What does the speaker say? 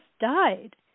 died